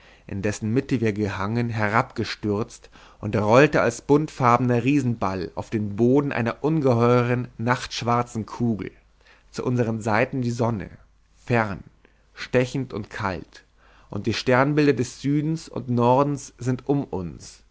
in dessen mitte wir gehangen herabgestürzt und rollt als buntfarbiger riesenball auf dem boden einer ungeheuren nachtschwarzen kugel zu unseren seiten die sonne fern stechend und kalt und die sternbilder des südens und nordens sind um uns